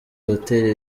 hoteli